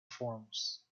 forms